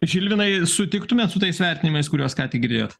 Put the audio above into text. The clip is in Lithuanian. žilvinai sutiktumėt su tais vertinimais kuriuos ką tik girdėjot